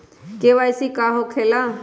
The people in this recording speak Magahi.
के.वाई.सी का हो के ला?